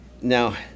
now